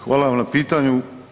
Hvala vam na pitanju.